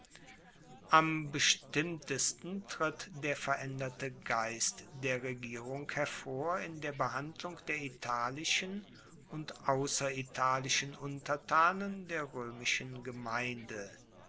am bestimmtesten tritt der veraenderte geist der regierung hervor in der behandlung der italischen und ausseritalischen untertanen der roemischen gemeinde